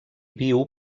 viu